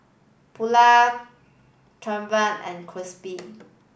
Paulette Trayvon and Kristy